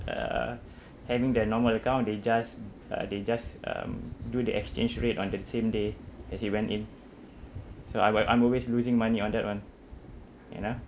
uh having their normal account they just uh they just um do the exchange rate on the same day as it went in so I will I'm always losing money on that [one] you know